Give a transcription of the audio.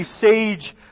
sage